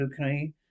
Okay